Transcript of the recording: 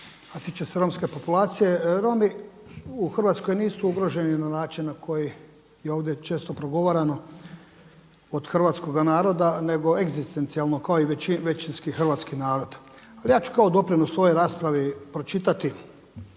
a tiče se romske populacije. Romi u Hrvatskoj nisu ugroženi na način na koji je ovdje često progovarano od hrvatskoga naroda nego egzistencijalno kao i većinski hrvatski narod. Ali ja ću kao doprinos u ovoj raspravi pročitati